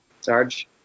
Sarge